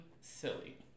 silly